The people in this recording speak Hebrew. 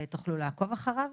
ותוכלו לעקוב אחריו.